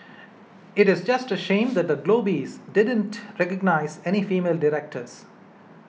it is just a shame that the Globes didn't recognise any female directors